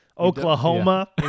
Oklahoma